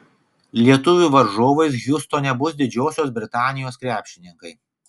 lietuvių varžovais hjustone bus didžiosios britanijos krepšininkai